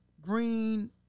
green